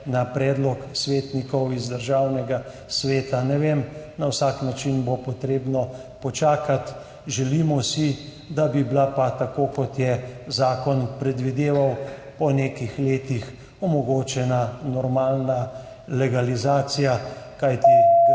na predlog svetnikov iz Državnega sveta, ne vem. Na vsak način bo potrebno počakati. Želimo si, da bi bila pa, tako kot je zakon predvideval, po nekaj letih omogočena normalna legalizacija. Kajti gasilke